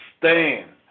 Stand